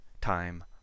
time